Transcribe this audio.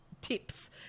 tips